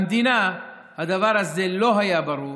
למדינה הדבר הזה לא היה ברור,